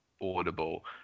audible